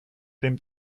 dem